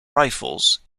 rifles